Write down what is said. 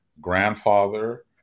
grandfather